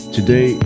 Today